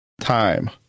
time